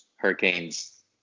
Hurricanes